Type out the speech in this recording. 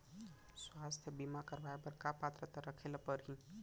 स्वास्थ्य बीमा करवाय बर का पात्रता रखे ल परही?